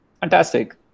Fantastic